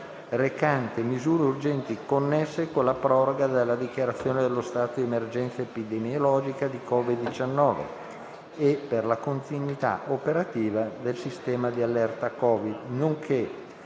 recante misure urgenti connesse con la proroga della dichiarazione dello stato di emergenza epidemiologica da COVID-19 e per la continuità operativa del sistema di allerta COVID, nonché